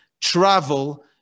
travel